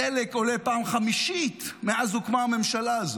הדלק עולה פעם חמישית מאז הוקמה הממשלה הזו.